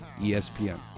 ESPN